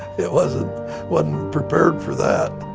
it wasn't wasn't prepared for that.